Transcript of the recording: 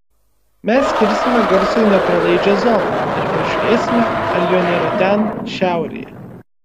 mes kirsime garsui nepralaidžią zoną ir pažiūrėsime ar jo nėra ten šiaurėje